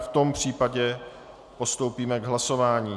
V tom případě postoupíme k hlasování.